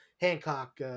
Hancock